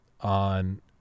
on –